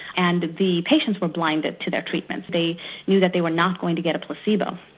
and the patients were blinded to their treatment, they knew that they were not going to get a placebo.